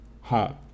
home